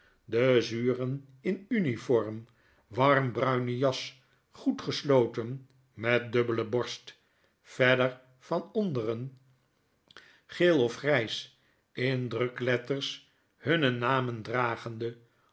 de zuren in uniform warm bruine jas goed gesloten met dubbele borst verder van onderen geel of grys indrukletters hunne namen dragende